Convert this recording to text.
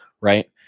Right